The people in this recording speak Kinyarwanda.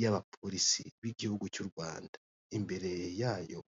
y'abapolisi b'igihugu cy'u rRwanda, imbere yayo